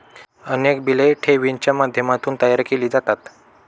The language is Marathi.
अनेक बिले ठेवींच्या माध्यमातून तयार केली जातात